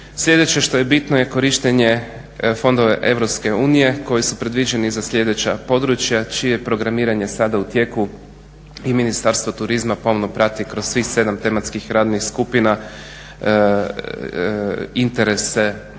Sljedeće što je bitno je korištenje fondova EU koji su predviđeni za sljedeća područja čije programiranje sada u tijeku i Ministarstvo turizma pomno prati kroz svih 7. tematskih radnih skupina interese